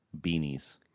beanies